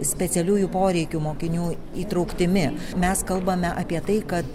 specialiųjų poreikių mokinių įtrauktimi mes kalbame apie tai kad